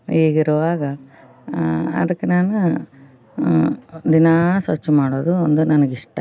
ಹೀಗಿರುವಾಗ ಅದಕ್ಕೆ ನಾನು ದಿನಾ ಸ್ವಚ್ಛ ಮಾಡೋದು ಅಂದ್ರೆ ನನಗಿಷ್ಟ